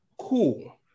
cool